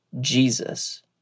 Jesus